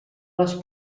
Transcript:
les